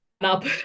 up